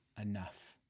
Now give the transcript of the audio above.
enough